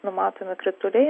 numatomi krituliai